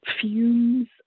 fumes